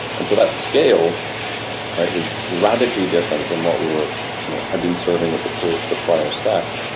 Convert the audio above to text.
and so that scale was radically different than what we were had been serving with the prior the prior stack.